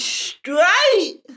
straight